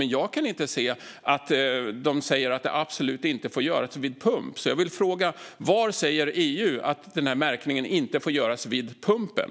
Men jag kan inte se att de säger att det absolut inte får göras vid pump. Jag vill därför fråga: Var säger EU att märkningen inte får göras vid pumpen?